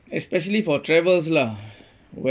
especially for travels lah